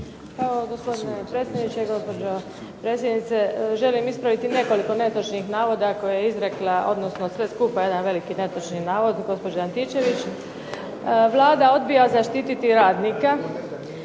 gospođo predsjednice. Želim ispraviti nekoliko netočnih navoda koje je izrekla, odnosno sve skupa jedan veliki netočni navod gospođe Antičević. Vlada odbija zaštititi radnika,